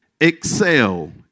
Excel